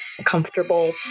comfortable